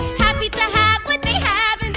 happy to have what they have